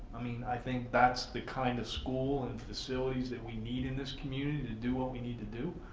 i mean i think that's the kind of school and facilities that we need in this community, to do what we need to do.